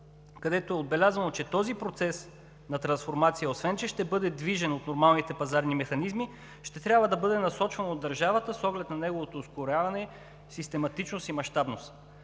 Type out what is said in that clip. където е отбелязано, че този процес на трансформация, освен че ще бъде движен от нормалните пазарни механизми, ще трябва да бъде насочван от държавата с оглед на неговото ускоряване, систематичност и мащабност.